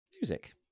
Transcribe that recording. music